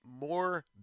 more